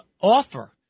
offer